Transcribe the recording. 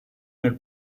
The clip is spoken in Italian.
nel